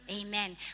Amen